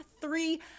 three